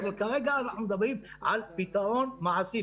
אבל כרגע אנחנו מדברים על פתרון מעשי.